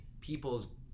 people's